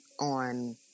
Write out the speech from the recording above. on